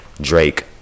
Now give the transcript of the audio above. Drake